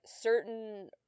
certain